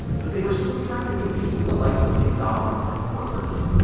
but they were still trying to compete with the likes of mcdonald's and burger king.